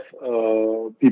people